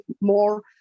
more